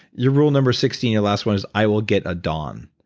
your rule number sixteen, your last one is i will get a dawn,